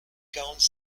quarante